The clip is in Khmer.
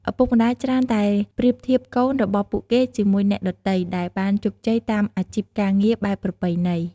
ឪពុកម្ដាយច្រើនតែប្រៀបធៀបកូនរបស់ពួកគេជាមួយអ្នកដទៃដែលបានជោគជ័យតាមអាជីពការងារបែបប្រពៃណី។